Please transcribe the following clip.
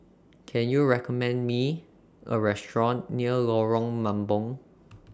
Can YOU recommend Me A Restaurant near Lorong Mambong